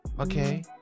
Okay